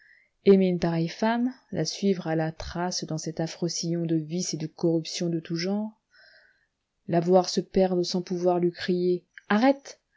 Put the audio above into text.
aimer une pareille femme la suivre à la trace dans cet affreux sillon de vices et de corruptions de tout genre la voir se perdre sans pouvoir lui crier arrête